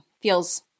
feels